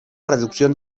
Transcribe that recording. reducción